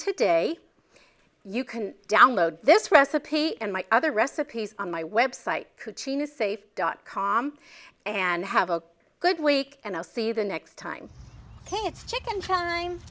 today you can download this recipe and my other recipes on my website cucina safe dot com and have a good week and i'll see the next time it's chicken t